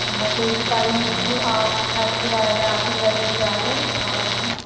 نہ حظ تۄہہِ چھ پَیی آز چھُ خرچہِ واریاہ آز چھُ درٛۄجر زیادٕ آز چھُنہٕ